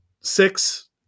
six